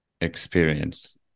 experience